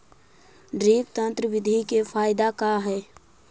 Drip तन्त्र बिधि के फायदा का है?